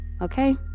Okay